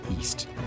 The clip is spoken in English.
East